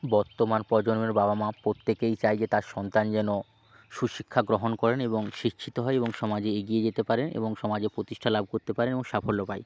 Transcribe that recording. বর্তমান প্রজন্মের বাবা মা প্রত্যেকেই চায় যে তার সন্তান যেন সুশিক্ষা গ্রহণ করেন এবং শিক্ষিত হয় এবং সমাজে এগিয়ে যেতে পারে এবং সমাজে প্রতিষ্ঠা লাভ করতে পারে এবং সাফল্য পায়